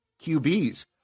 QBs